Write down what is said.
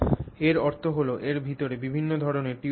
এর অর্থ হল এর ভিতরে বিভিন্ন ধরণের টিউব থাকবে